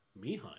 mihai